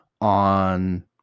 on